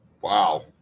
wow